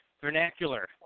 vernacular